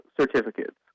certificates